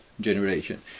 generation